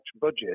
budget